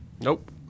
nope